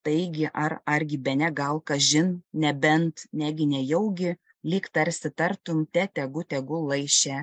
taigi ar argi bene gal kažin nebent netgi nejaugi lyg tarsi tartum te tegu tegu lai še